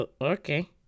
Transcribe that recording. Okay